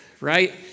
right